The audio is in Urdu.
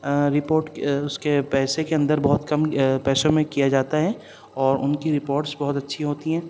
رپورٹ اس کے پیسے کے اندر بہت کم پیسوں میں کیا جاتا ہے اور ان کی رپورٹس بہت اچھی ہوتی ہیں